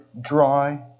dry